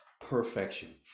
perfection